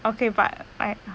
okay but I